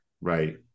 Right